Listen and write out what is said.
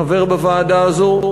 חבר בוועדה הזאת.